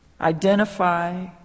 Identify